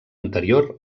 anterior